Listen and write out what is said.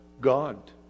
God